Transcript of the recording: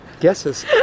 guesses